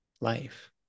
life